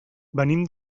venim